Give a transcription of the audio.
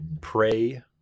Pray